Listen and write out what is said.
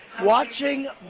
Watching